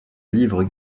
livre